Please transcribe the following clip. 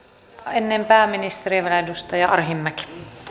ennen pääministeriä vielä edustaja arhinmäki